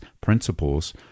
principles